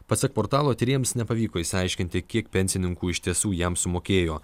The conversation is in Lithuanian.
pasak portalo tyrėjams nepavyko išsiaiškinti kiek pensininkų iš tiesų jam sumokėjo